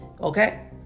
Okay